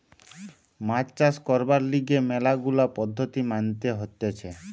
মাছ চাষ করবার লিগে ম্যালা গুলা পদ্ধতি মানতে হতিছে